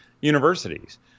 universities